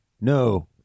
No